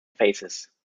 phases